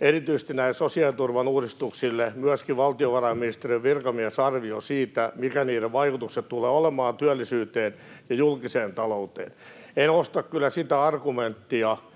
erityisesti näille sosiaaliturvan uudistuksille, myöskin valtiovarainministeriön virkamiesarvio siitä, mitkä niiden vaikutukset tulevat olemaan työllisyyteen ja julkiseen talouteen. En osta kyllä sitä argumenttia,